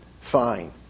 fine